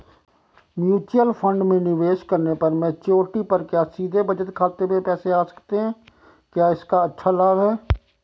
Mutual fund में निवेश करने पर मैच्योरिटी पर क्या सीधे बचत खाते में पैसे आ सकते हैं क्या इसका अच्छा लाभ है?